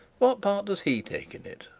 what part does he take in it